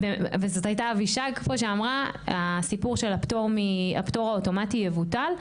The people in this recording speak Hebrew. וזאת הייתה אבישג פה שאמרה הסיפור של הפטור האוטומטי יבוטל.